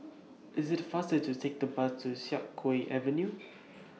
IT IS faster to Take The Bus to Siak Kew Avenue